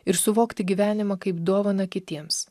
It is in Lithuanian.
ir suvokti gyvenimą kaip dovaną kitiems